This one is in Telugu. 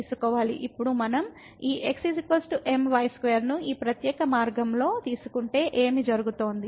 ఇప్పుడు మనం ఈ x my2 ను ఈ ప్రత్యేక మార్గంలో తీసుకుంటే ఏమి జరుగుతుంది